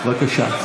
בבקשה.